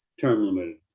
term-limited